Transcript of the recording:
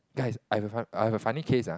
guys I have a fun I have a funny case ah